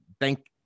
Thank